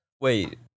Wait